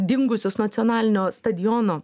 dingusius nacionalinio stadiono